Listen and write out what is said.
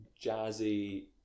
jazzy